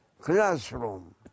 classroom